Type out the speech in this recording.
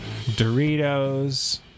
Doritos